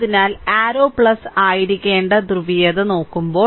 അതിനാൽ അരരൌ പ്ലസ് ആയിരിക്കേണ്ട ധ്രുവീയത നോക്കുമ്പോൾ